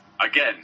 Again